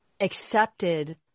accepted